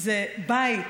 זה בית